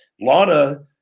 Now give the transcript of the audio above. Lana